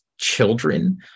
Children